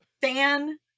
fan